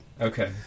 Okay